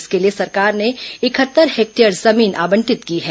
इसके लिए सरकार ने इकहत्तर हेक्टेयर जमीन आवंटित की है